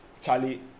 charlie